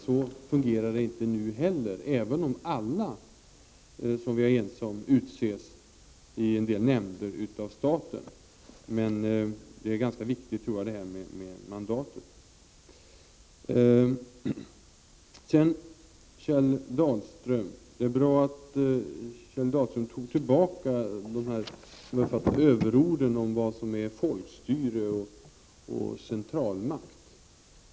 Så fungerar det inte nu heller även om alla i en del nämnder — och detta är vi ense om — utses av staten. Jag anser alltså att frågan om mandatet är ganska viktig. Det är bra att Kjell Dahlström tog tillbaka vad jag uppfattade som överord i frågan om vad som är folkstyre och centralmakt.